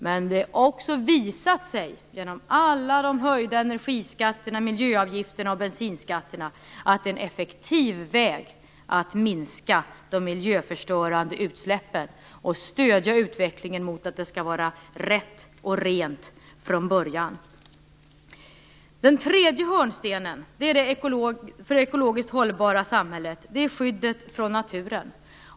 Men det har också visat sig genom alla de höjda energiskatterna, miljöavgifterna och bensinskatterna att det är en effektiv väg att minska de miljöförstörande utsläppen och stödja utvecklingen mot att det skall vara rätt och rent från början. Den tredje hörnstenen för det ekologiskt hållbara samhället är skyddet från naturen.